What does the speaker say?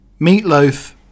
meatloaf